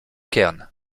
kern